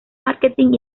marketing